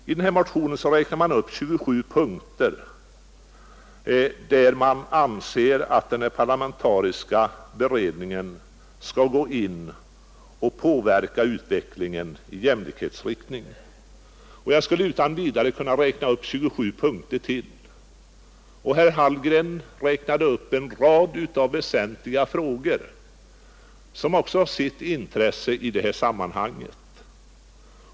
I den här motionen räknar man upp 27 punkter, där man anser att den föreslagna parlamentariska beredningen skall gå in och påverka utvecklingen i jämlikhetsriktning, och jag skulle utan vidare kunna räkna upp 27 punkter till. Herr Haligren räknade upp en rad väsentliga frågor som också har sitt intresse i det här sammanhanget.